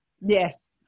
yes